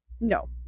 No